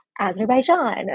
Azerbaijan